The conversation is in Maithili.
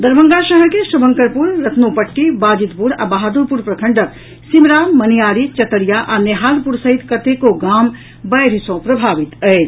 दरभंगा शहर के शुभंकरपुर रतनोपट्टी बाजिदपुर आ बहादुरपुर प्रखंडक सिमरा मनियारी चतरिया आ नेहालपुर सहित कतेको गाम बाढ़ि सँ प्रभावित अछि